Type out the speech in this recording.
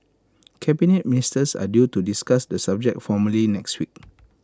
Cabinet Ministers are due to discuss the subject formally next week